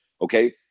okay